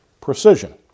precision